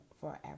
forever